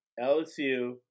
LSU